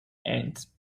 ends